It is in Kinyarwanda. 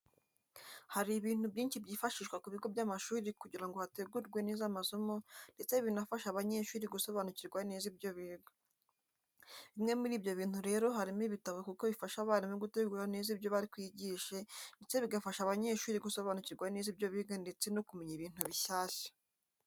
Hari ibintu byinshi byifashishwa ku bigo by’amashuri kugira ngo hategurwe neza amasomo ndetse binafashe abanyeshuri gusobabukirwa neza ibyo biga. Bimwe muri ibyo bintu rero harimo ibitabo kuko bifasha abarimu gutegura neza ibyo bari bwigishe ndetse bigafasha abanyeshuri gusobanukirwa neza ibyo biga ndetse no kumenya ibintu bishyashya.